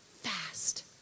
fast